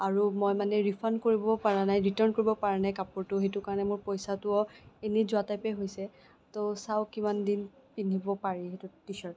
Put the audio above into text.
আৰু মই মানে ৰিফাণ্ড কৰিবও পাৰা নাই ৰিটাৰ্ণ কৰিব পাৰা নাই কাপোৰটো সেইটো কাৰণে মোৰ পইচাটোও এনেই যোৱা টাইপে হৈছে ত' চাওঁ কিমান দিন পিন্ধিব পাৰি সেইটো টি চাৰ্টটো